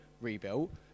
rebuilt